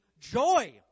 joy